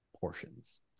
portions